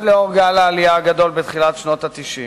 אחרי גל העלייה הגדול בתחילת שנות ה-90.